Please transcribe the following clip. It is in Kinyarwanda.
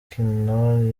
rukino